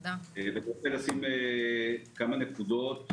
כמה נקודות,